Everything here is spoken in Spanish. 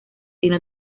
tiene